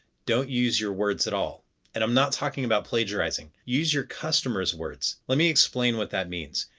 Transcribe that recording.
don't use your words at all and i'm not talking about plagiarizing. use your customer's words. let me explain what that means.